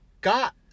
got